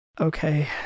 Okay